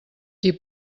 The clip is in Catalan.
qui